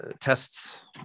tests